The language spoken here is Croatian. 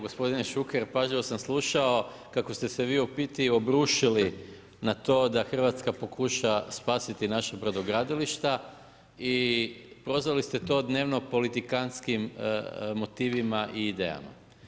Gospodine Šuker, pažljivo sam slušao kako ste se vi u biti obrušili na to da RH pokuša spasiti naša brodogradilišta i prozvali dnevno politikantskim motivima i idejama.